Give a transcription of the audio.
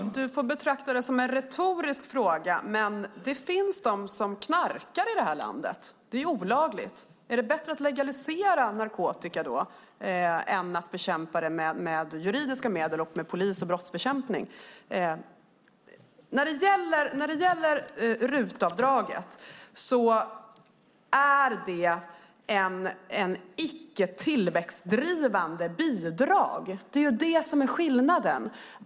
Herr talman! Du får betrakta detta som en retorisk fråga, Gunnar Andrén. Men det finns de som knarkar i detta land. Det är olagligt. Är det då bättre att legalisera narkotikan då än att bekämpa den med juridiska medel, med polis och brottsbekämpning? RUT-avdraget är ett icke tillväxtdrivande bidrag. Det är skillnaden.